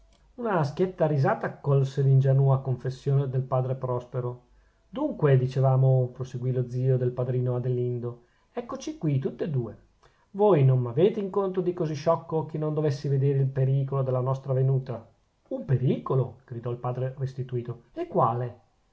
una schietta risata accolse l'ingenua confessione del padre prospero dunque dicevamo proseguì lo zio del padrino adelindo eccoci qui tutt'e due voi non m'avete in conto di così sciocco che non dovessi vedere il pericolo della nostra venuta un pericolo gridò il padre restituto e quale